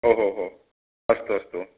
ओहोहो अस्तु अस्तु